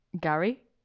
Gary